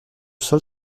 sol